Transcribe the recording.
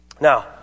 Now